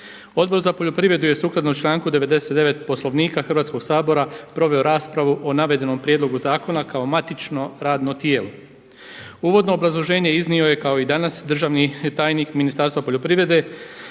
Odbor za poljoprivredu je sukladno članku 99. Poslovnika Hrvatskog sabora proveo raspravu o navedenom prijedlogu zakona kao matično radno tijelo. Uvodno obrazloženje iznio je kao i danas državni tajnik Ministarstva poljoprivrede